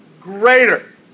greater